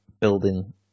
building